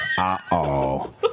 Uh-oh